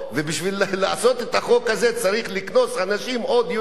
ובשביל לעשות את החוק הזה צריך לקנוס אנשים עוד יותר.